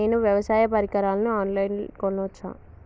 నేను వ్యవసాయ పరికరాలను ఆన్ లైన్ లో కొనచ్చా?